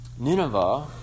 Nineveh